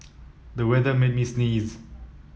the weather made me sneeze